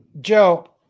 Joe